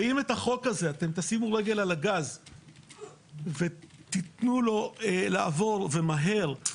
ואם תשימו רגל על הגז ותתנו לחוק הזה לעבור ומהר,